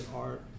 Art